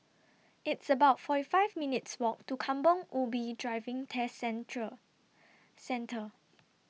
It's about forty five minutes' Walk to Kampong Ubi Driving Test Central Centre